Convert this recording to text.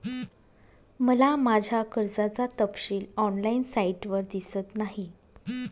मला माझ्या कर्जाचा तपशील ऑनलाइन साइटवर दिसत नाही